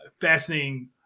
fascinating